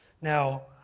Now